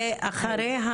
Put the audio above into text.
אחריה